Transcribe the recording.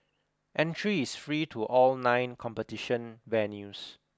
entry is free to all nine competition venues